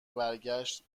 برگشت